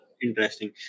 Interesting